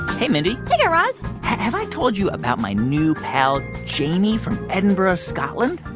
hey, mindy hey, guy raz have i told you about my new pal jamie from edinburgh, scotland?